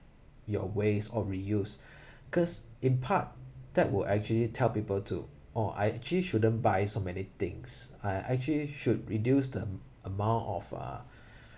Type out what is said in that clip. your waste or reuse cause in part that will actually tell people to orh I actually shouldn't buy so many things I actually should reduce the amount of uh